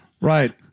Right